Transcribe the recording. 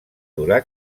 durar